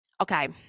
Okay